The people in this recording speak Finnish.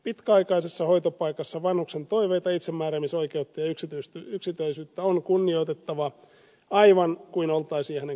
pitkäaikaisessa hoitopaikassa vanhuksen toiveita itsemääräämisoikeutta ja yksityisyyttä on kunnioitettava aivan kuin oltaisiin hänen kodissaan